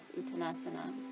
Uttanasana